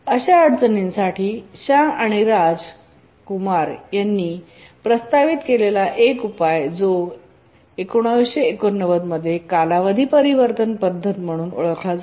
अशा अडचणींसाठी शा आणि राज कुमार यांनी प्रस्तावित केलेला एक उपाय जो 1989 मध्ये कालावधी परिवर्तन पद्धत म्हणून ओळखला जातो